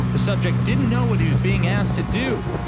the subject didn't know what he was being asked to do.